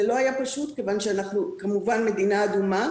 זה לא היה פשוט כיוון שאנחנו כמובן מדינה אדומה